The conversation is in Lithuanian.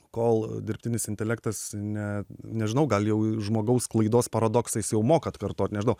kol dirbtinis intelektas ne nežinau gal jau ir žmogaus klaidos paradoksais jau moka atkartot nežinau